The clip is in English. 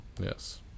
Yes